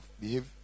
behave